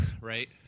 right